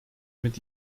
mit